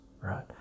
right